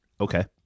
Okay